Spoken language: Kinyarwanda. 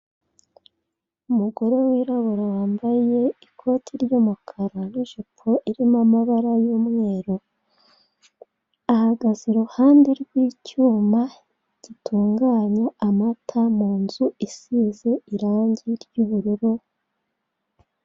Umugore wirabura wambaye ikote ry'umukara n'ijipo irimo amabara y'umweru. Ahagaze iruhande rw'icyuma gutunganya amata, mu nzu isize irangi ry'ubururu.